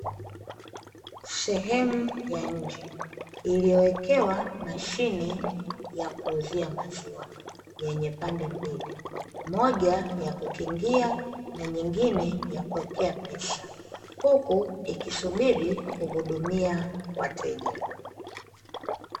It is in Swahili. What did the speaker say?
Sehemu ya nje iliyowekewa mashine ya kuuzia maziwa, yenye pande mbili moja ya kukingia na nyingine ya kuwekea pesa huku ikisubiri kuhudumia wateja.